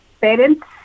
parents